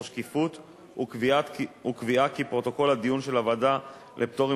שקיפות הוא קביעה כי פרוטוקול הדיון של הוועדה לפטורים